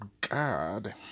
god